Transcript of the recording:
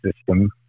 system